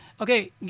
Okay